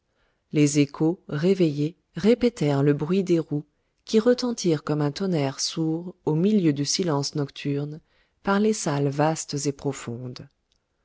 les échos réveillés répétèrent le bruit des roues qui retentirent comme un tonnerre sourd au milieu du silence nocturne par les salles vastes et profondes